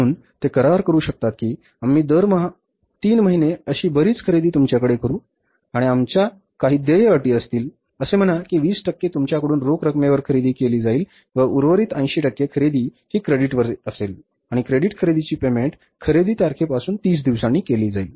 म्हणून ते करार करू शकतात की आम्ही दरमहा 3 महिने अशी बरीच खरेदी तुमच्याकडून करू आणि आमच्या काही देय अटी असतील असे म्हणा की 20 टक्के तुमच्याकडून रोख रकमेवरुन खरेदी केली जाईल व उर्वरित 80 टक्के खरेदी ही क्रेडिटवर असतील आणि क्रेडिट खरेदीची पेमेंट खरेदी तारखेपासून 30 दिवसांनी केली जाईल